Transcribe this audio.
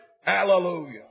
Hallelujah